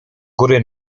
góry